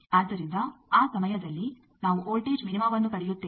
ಆದ್ದರಿಂದ ಆ ಸಮಯದಲ್ಲಿ ನಾವು ವೋಲ್ಟೇಜ್ ಮಿನಿಮಾವನ್ನು ಪಡೆಯುತ್ತೇವೆ